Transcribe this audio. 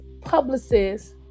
publicists